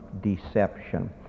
deception